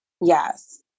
Yes